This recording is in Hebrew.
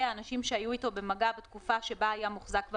האנשים שהיו איתו במגע בתקופה שבה היה מוחזק במרפאה,